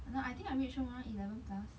and orh I think I reach home around eleven plus